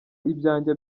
ibyanjye